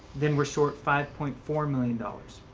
then we're short five point four million dollars,